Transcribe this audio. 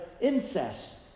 incest